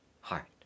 heart